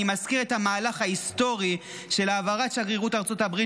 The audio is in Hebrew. אני מזכיר את המהלך ההיסטורי של העברת שגרירות ארצות הברית